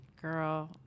Girl